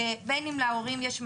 בין אם להורים יש מעמד,